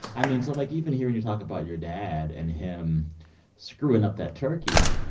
i mean so, like, even hearing you talk about your dad and him screwing up that turkey,